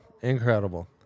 Incredible